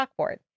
chalkboard